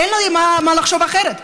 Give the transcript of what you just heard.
אין לי מה לחשוב אחרת,